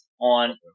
on